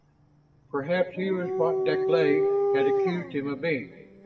perhaps he was what deklay had accused him of being,